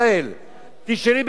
תשאלי במשרד החינוך